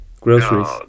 Groceries